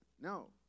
No